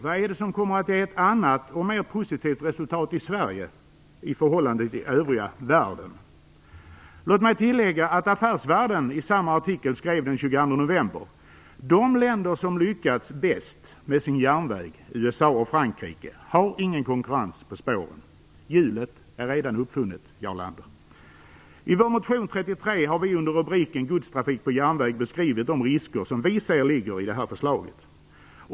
Vad är det som kommer att ge ett annat och mer positivt resultat i Sverige i förhållande till övriga världen? Låt mig tillägga att Affärsvärlden i samma artikel från den 22 november skrev följande: De länder som lyckats bäst med sin järnväg - USA och Frankrike - har ingen konkurrens på spåren. Hjulet är redan uppfunnet, Jarl Lander! I vår motion, T33, har vi under rubriken Godstrafik på järnväg beskrivit de risker som vi ser ligger i detta förslag.